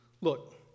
look